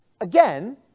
again